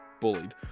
bullied